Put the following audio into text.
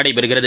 நடைபெறுகிறது